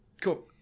Cool